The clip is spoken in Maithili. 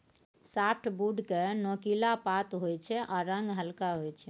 साफ्टबुड केँ नोकीला पात होइ छै आ रंग हल्का होइ छै